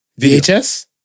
VHS